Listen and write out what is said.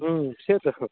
হুম সে তো হুম